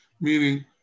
meaning